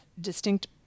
distinct